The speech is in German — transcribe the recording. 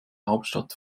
hauptstadt